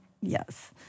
Yes